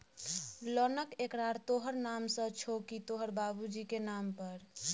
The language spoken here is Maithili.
लोनक एकरार तोहर नाम सँ छौ की तोहर बाबुजीक नाम पर